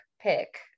pick